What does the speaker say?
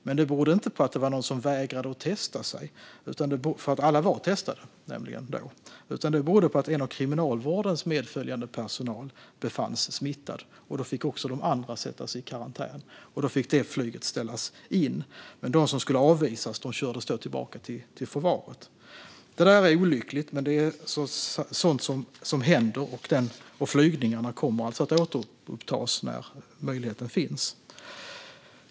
Det berodde dock inte på att det var någon som vägrade testa sig - alla var nämligen testade - utan på att en av Kriminalvårdens medföljande personal befanns smittad. Då fick också de andra sättas i karantän och flyget ställas in. De som skulle avvisas kördes tillbaka till förvaret. Detta är olyckligt, men det är sådant som händer. Flygningarna kommer alltså att återupptas när möjligheten finns.